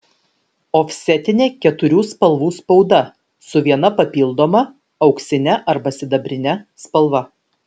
ofsetinė keturių spalvų spauda su viena papildoma auksine arba sidabrine spalva